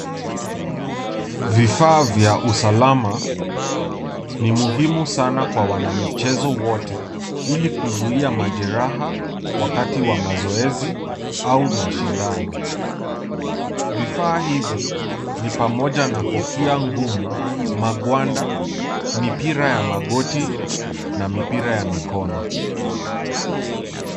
Vifaa vya usalama ni muhimu sana kwa wanamichezo wote ili kuzuia majeraha wakati wa mazoezi au mashindano. Vifaa hivi ni pamoja na kofia ngumu, magwanda, mipira ya magoti na mipira ya mikono.